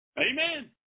Amen